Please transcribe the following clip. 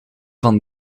van